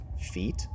feet